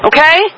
Okay